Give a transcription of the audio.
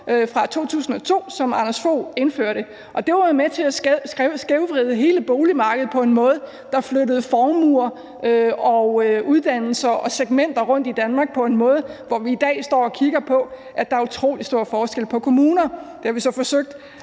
fra 2002, som Anders Fogh Rasmussen indførte. Det var med til at skævvride hele boligmarkedet på en måde, der flyttede formuer, uddannelser og segmenter rundt i Danmark, så vi i dag står og kigger på, at der er utrolig stor forskel på kommuner. Det har vi så forsøgt